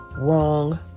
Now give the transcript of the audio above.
wrong